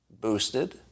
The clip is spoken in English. boosted